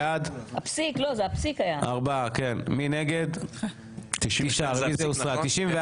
הצבעה בעד, 4 נגד, 9 נמנעים, אין לא אושר.